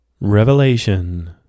Revelation